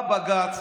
בא בג"ץ,